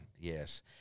Yes